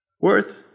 worth